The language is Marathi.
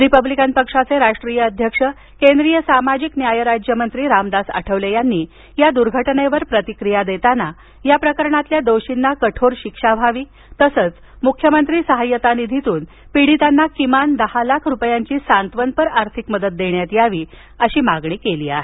रिपब्लिकन पक्षाचे राष्ट्रीय अध्यक्ष केंद्रीय सामाजिक न्याय राज्यमंत्री रामदास आठवले यांनी या दुर्घटनेवर प्रतिक्रिया देताना याप्रकणातील दोषींना कठोर शिक्षा व्हावी तसंच मुख्यमंत्री सहाय्यता निधीतून पीडितांना किमान दहा लाख रुपयांची सांत्वनपर आर्थिक मदत देण्यात यावी अशी मागणी केली आहे